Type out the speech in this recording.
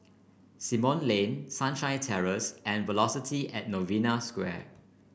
Simon Lane Sunshine Terrace and Velocity At Novena Square